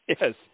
Yes